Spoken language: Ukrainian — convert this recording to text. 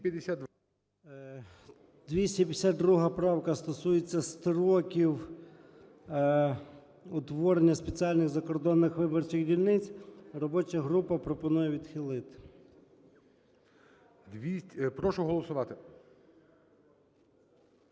252 правка стосується строків утворення спеціальних закордонних виборчих дільниць. Робоча група пропонує відхилити. ГОЛОВУЮЧИЙ. Прошу голосувати.